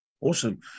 Awesome